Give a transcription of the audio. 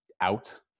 out